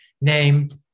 named